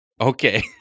Okay